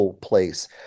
place